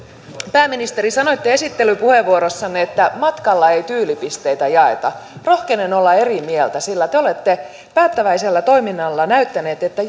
pääministeri sanoitte esittelypuheenvuorossanne että matkalla ei tyylipisteitä jaeta rohkenen olla eri mieltä sillä te olette päättäväisellä toiminnalla näyttäneet että